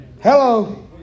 Hello